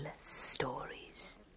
stories